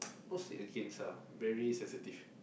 not said against ah very sensitive